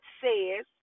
says